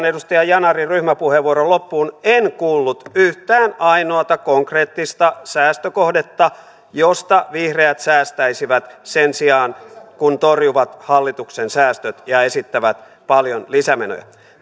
edustaja yanarin ryhmäpuheenvuoron loppuun en kuullut yhtään ainoata konkreettista säästökohdetta josta vihreät säästäisivät sen sijaan kun torjuvat hallituksen säästöt ja esittävät paljon lisämenoja